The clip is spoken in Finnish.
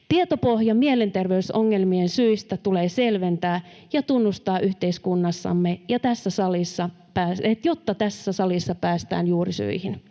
Tietopohjaa mielenterveysongelmien syistä tulee selventää ja tunnustaa yhteiskunnassamme, jotta tässä salissa päästään juurisyihin.